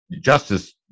justice